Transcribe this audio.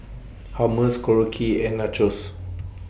Hummus Korokke and Nachos